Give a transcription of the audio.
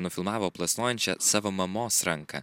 nufilmavo plasnojančią savo mamos ranką